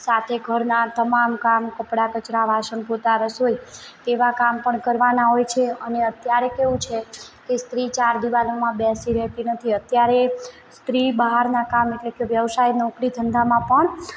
સાથે ઘરના તમામ કામ કપડા કચરા વાસણ પોતા રસોઈ તેવા કામ પણ કરવાના હોય છે અને અત્યારે કેવું છે કે સ્ત્રી ચાર દીવાલોમાં બેસી રહેતી નથી અત્યારે સ્ત્રી બહારના કામ એટલે કે વ્યવસાય નોકરી ધંધામાં પણ